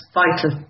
vital